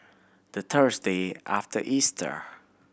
the Thursday after Easter